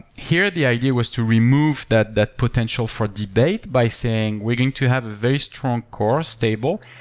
here, the idea was to remove that that potential for debate by saying, we're going to have very strong core, stable.